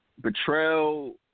betrayal